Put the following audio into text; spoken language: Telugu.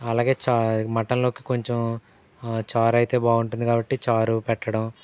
అలాగే చా మటన్లోకి కొంచెం చారు అయితే బాగుంటుంది కాబట్టి చారు పెట్టడం